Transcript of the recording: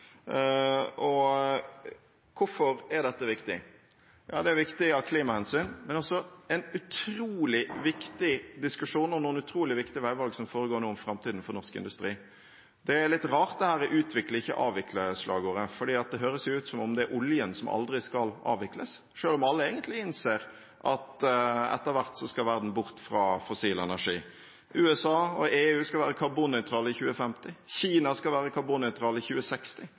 Hvorfor er dette viktig? Jo, det er viktig av klimahensyn, men det er også en utrolig viktig diskusjon og noen utrolig viktige veivalg som nå foregår om framtiden for norsk industri. Dette «utvikle, ikke avvikle»-slagordet er litt rart, for det høres ut som at det er oljen som aldri skal avvikles, selv om alle egentlig innser at verden etter hvert skal bort fra fossil energi. USA og EU skal være karbonnøytrale i 2050. Kina skal være karbonnøytralt i 2060.